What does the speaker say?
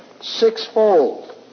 sixfold